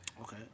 Okay